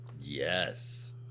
Yes